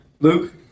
Luke